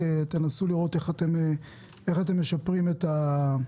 תנסו לראות איך אתם משפרים את החלופה.